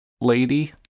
lady